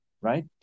Right